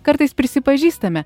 kartais prisipažįstame